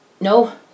No